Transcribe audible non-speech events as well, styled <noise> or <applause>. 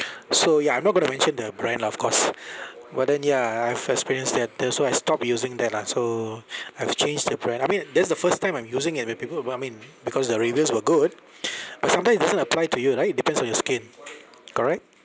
so ya I'm not going to mention the brand lah of course <laughs> but then ya I have experienced that that's why I stop using that lah so I've changed the brand I mean this is the first time I'm using it when people will buy I mean because their reviews were good <noise> but sometimes it doesn't apply to you right it depends on your skin correct